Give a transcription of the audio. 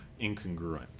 incongruent